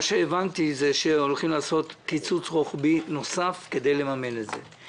הבנתי שהולכים לעשות קיצוץ רוחבי נוסף כדי לממן את זה.